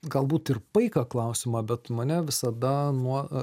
galbūt ir paiką klausimą bet mane visada nuo